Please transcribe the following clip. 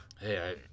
Hey